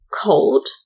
cold